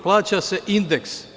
Plaća se indeks.